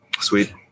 sweet